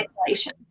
isolation